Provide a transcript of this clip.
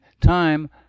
time